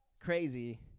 crazy